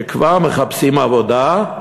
שכבר מחפשים עבודה,